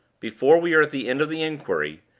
before we are at the end of the inquiry,